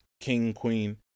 king-queen